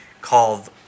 called